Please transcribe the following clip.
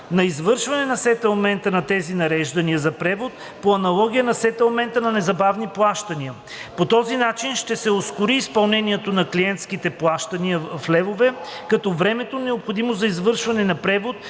на извършване на сетълмента на тези нареждания за превод по аналогия на сетълмента на незабавните плащания. По този начин ще се ускори изпълнението на клиентските плащания в левове, като времето, необходимо за завършване на превода